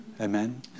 amen